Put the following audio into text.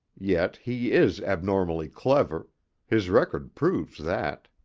yet he is abnormally clever his record proves that.